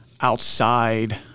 outside